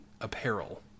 apparel